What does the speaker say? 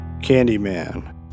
Candyman